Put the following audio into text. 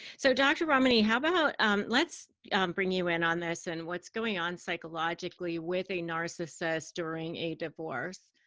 so dr. ramani, how about let's bring you in on this and what's going on psychologically with a narcissist during a divorce?